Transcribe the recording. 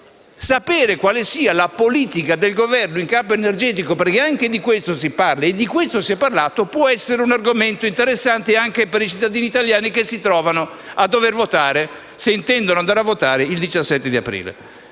*onshore*), e quale sia la politica del Governo in campo energetico (perché anche di questo si parla e di questo si è parlato) può essere un argomento interessante, visto che i cittadini italiani si trovano a dover votare - se intendono farlo - il 17 aprile.